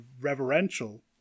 reverential